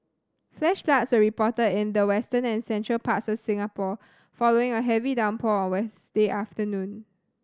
flash floods were reported in the western and central parts of Singapore following a heavy downpour on Wednesday afternoon